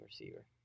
receiver